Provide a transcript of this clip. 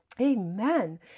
Amen